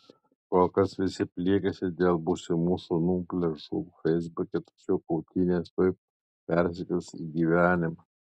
kol kas visi pliekiasi dėl būsimų šunų pliažų feisbuke tačiau kautynės tuoj persikels į gyvenimą